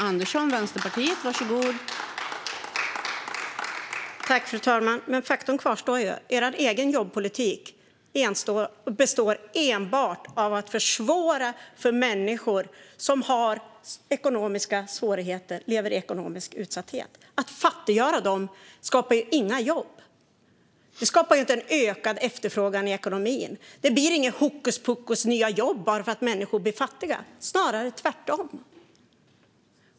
Fru talman! Faktum kvarstår: Er egen jobbpolitik, Elisabeth Svantesson, består enbart av att försvåra för människor som har ekonomiska svårigheter och lever i ekonomisk utsatthet. Att fattiggöra dem skapar inga jobb. Det skapar inte ökad efterfrågan i ekonomin. Det blir inget hokuspokus nya jobb bara för att människor blir fattiga, snarare tvärtom.